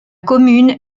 commune